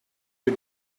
you